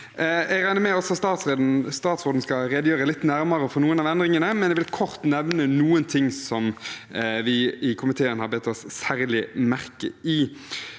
Jeg regner med at også statsråden skal redegjøre litt nærmere for noen av endringene, men jeg vil kort nevne noen som vi i komiteen har bitt oss særlig